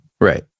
Right